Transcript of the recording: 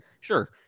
sure